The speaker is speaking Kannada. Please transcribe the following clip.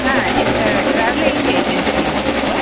ಹಾಂ ಇದು ಟ್ರಾವ್ಲಿಂಗ್ ಏಜೆನ್ಸಿ ನಮ್ಮದು